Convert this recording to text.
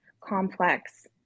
complex